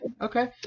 okay